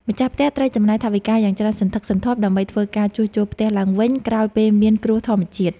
ម្ចាស់ផ្ទះត្រូវចំណាយថវិកាយ៉ាងច្រើនសន្ធឹកសន្ធាប់ដើម្បីធ្វើការជួសជុលផ្ទះឡើងវិញក្រោយពេលមានគ្រោះធម្មជាតិ។